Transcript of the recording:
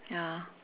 ya